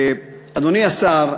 אדוני השר,